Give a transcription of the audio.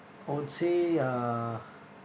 I would say uh